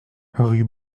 rue